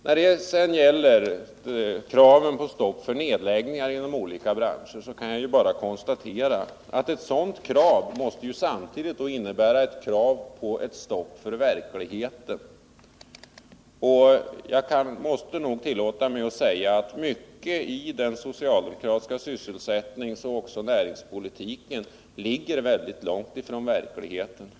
När det gäller kravet på stopp för nedläggningar inom olika branscher kan vi också konstatera att ett sådant krav samtidigt måste innebära ett krav på stopp för verkligheten. Jag måste tillåta mig att säga att mycket i den socialdemokratiska sysselsättningsoch näringspolitiken ligger mycket långt från verkligheten.